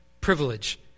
privilege